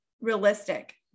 realistic